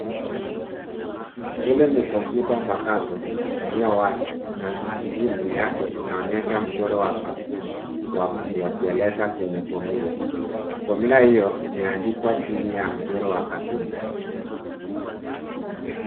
Hili ni kompyuta mpakato iliyowazi na skrini yake inaonyesha mkono wa katuni wa mtu akieleza kwenye fomula. Fomula iyo imeandikwa chini ya mchoro wa katuni.